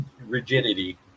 rigidity